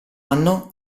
anno